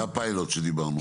זה הפיילוט שדיברנו.